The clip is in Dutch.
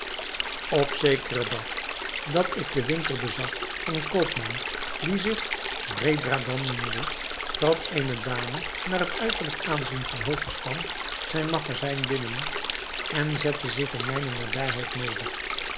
op zekeren dag dat ik den winkel bezag van een koopman die zich bredradan noemde trad eene dame naar het uiterlijk aanzien van hoogen stand zijn magazijn binnen en zette zich in mijne nabijheid neder